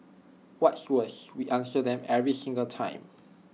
what's worse we answer them every single time